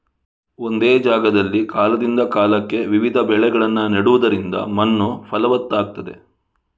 ಒಂದೇ ಜಾಗದಲ್ಲಿ ಕಾಲದಿಂದ ಕಾಲಕ್ಕೆ ವಿವಿಧ ಬೆಳೆಗಳನ್ನ ನೆಡುದರಿಂದ ಮಣ್ಣು ಫಲವತ್ತಾಗ್ತದೆ